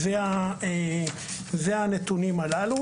זה הנתונים הללו.